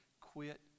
quit